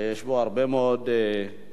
שיש בו הרבה מאוד שאלות,